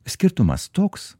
skirtumas toks